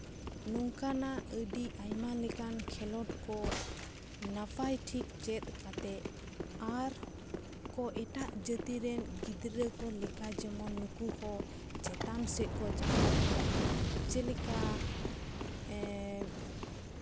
ᱱᱚᱝᱠᱟᱱᱟᱜ ᱟᱹᱰᱤ ᱟᱭᱢᱟ ᱞᱮᱠᱟᱱ ᱠᱷᱮᱞᱳᱰ ᱠᱚ ᱱᱟᱯᱟᱭ ᱴᱷᱤᱠ ᱪᱮᱫ ᱠᱟᱛᱮ ᱟᱨ ᱠᱚ ᱮᱴᱟᱜ ᱡᱟᱹᱛᱤ ᱨᱮᱱ ᱜᱤᱫᱽᱨᱟᱹ ᱠᱚ ᱞᱮᱠᱟ ᱡᱮᱢᱚᱱ ᱱᱩᱠᱩᱦᱚᱸ ᱪᱮᱛᱟᱱ ᱥᱮᱫ ᱠᱚ ᱪᱟᱞᱟᱣ ᱫᱟᱲᱮᱭᱟᱜ ᱢᱟ ᱪᱮᱫ ᱞᱮᱠᱟ ᱮᱜ